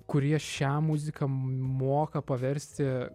kurie šią muziką moka paversti